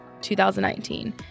2019